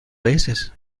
veces